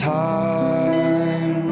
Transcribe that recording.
time